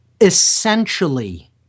essentially